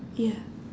ya